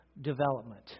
development